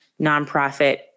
nonprofit